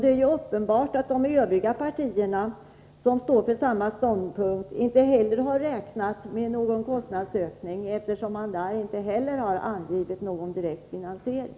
Det är uppenbart att inte heller de andra partier som står för denna ståndpunkt har räknat med någon kostnadsökning, eftersom inte heller de har angivit någon direkt finansiering.